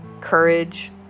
Courage